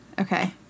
okay